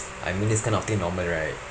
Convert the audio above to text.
I mean this kind of thing normal right